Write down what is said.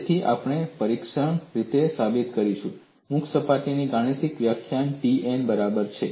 તેથી આપણે પરોક્ષ રીતે સાબિત કર્યું છે કે મુક્ત સપાટીની ગાણિતિક વ્યાખ્યા T n બરાબર 0 છે